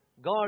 God